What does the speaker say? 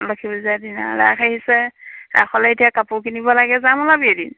লক্ষী পূজাৰ দিনা ৰাস আহিছে ৰাসলে এতিয়া কাপোৰ কিনিব লাগে যাম ওলাবি এদিন